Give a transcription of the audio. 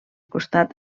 costat